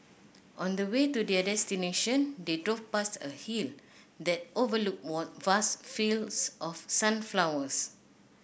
on the way to their destination they drove past a hill that overlooked vast fields of sunflowers